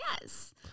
Yes